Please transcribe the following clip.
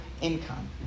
income